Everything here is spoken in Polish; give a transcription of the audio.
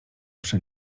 przy